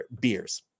beers